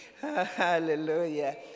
Hallelujah